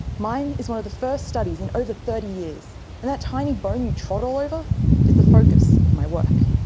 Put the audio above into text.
mine is one of the first studies in over thirty years, and that tiny bone you trod all over is the focus of my work.